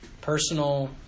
personal